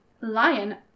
Lion